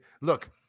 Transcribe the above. look